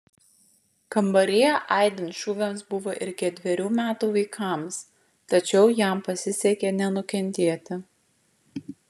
kambaryje aidint šūviams buvo ir ketverių metų vaikams tačiau jam pasisekė nenukentėti